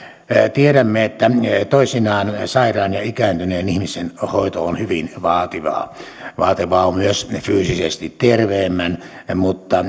tiedämme että toisinaan sairaan ja ikääntyneen ihmisen hoito on hyvin vaativaa vaativaa on myös fyysisesti terveemmän mutta